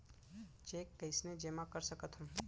Cheque कईसने जेमा कर सकथो?